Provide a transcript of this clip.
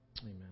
Amen